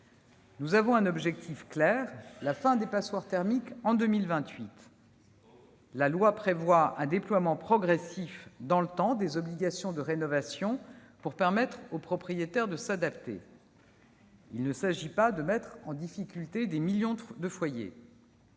Nous avons un objectif clair : la fin des passoires thermiques en 2028. Le texte prévoit un déploiement progressif des obligations de rénovation pour permettre aux propriétaires de s'adapter. Il ne s'agit pas de mettre en difficulté des millions de foyers.